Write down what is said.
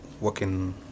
working